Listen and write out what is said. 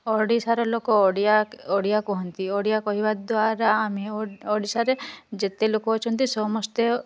ଓଡ଼ିଶାର ଲୋକ ଓଡ଼ିଆ ଓଡ଼ିଆ କୁହନ୍ତି ଓଡ଼ିଆ କହିବା ଦ୍ୱାରା ଆମେ ଓଡ଼ିଶାରେ ଯେତେଲୋକ ଅଛନ୍ତି ସମସ୍ତେ